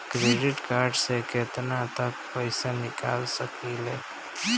Credit card से केतना तक पइसा निकाल सकिले?